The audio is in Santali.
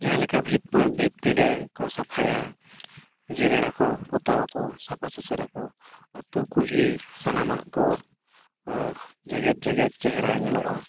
ᱡᱟᱦᱟᱸᱞᱮᱠᱟ ᱵᱷᱤᱛ ᱵᱷᱤᱛ ᱯᱤᱰᱟᱹᱠᱚ ᱥᱟᱯᱷᱟᱭᱟ ᱡᱮᱨᱮᱲᱟ ᱠᱚ ᱯᱚᱛᱟᱣᱟᱠᱚ ᱥᱟᱷᱟᱼᱥᱩᱥᱟᱹᱨᱟᱠᱚ ᱟᱹᱛᱩ ᱠᱩᱞᱦᱤ ᱥᱟᱱᱟᱢᱟᱜ ᱠᱚ ᱡᱮᱸᱜᱮᱫᱼᱡᱮᱸᱜᱮᱫ ᱪᱮᱦᱨᱟ ᱧᱮᱞᱚᱜᱼᱟ